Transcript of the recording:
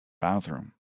bathroom